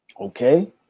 Okay